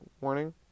warning